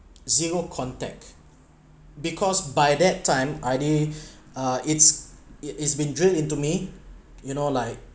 zero contact because by that time I d~ ah it's it's been drilled into me you know like